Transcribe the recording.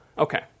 Okay